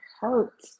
hurt